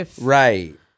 Right